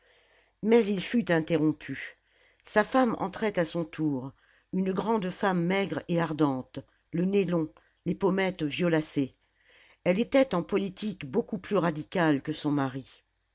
mais il fut interrompu sa femme entrait à son tour une grande femme maigre et ardente le nez long les pommettes violacées elle était en politique beaucoup plus radicale que son mari